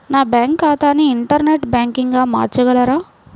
నా బ్యాంక్ ఖాతాని ఇంటర్నెట్ బ్యాంకింగ్గా మార్చగలరా?